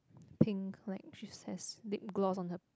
pink like she says lip gross on her